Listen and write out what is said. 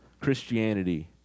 Christianity